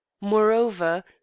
Moreover